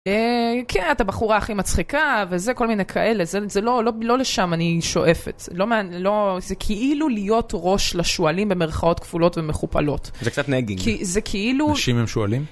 כן, את הבחורה הכי מצחיקה וזה, כל מיני כאלה. זה לא, לא לשם אני שואפת. זה לא, זה כאילו להיות ראש לשועלים, במירכאות כפולות ומכופלות. זה קצת nagging. נשים עם שועלים?